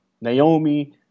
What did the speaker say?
Naomi